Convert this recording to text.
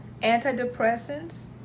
antidepressants